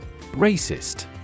Racist